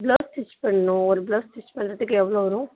blouse stitch பண்ணும் ஒரு blouse stitch பண்ணுறதுக்கு எவ்வளளோ வரும்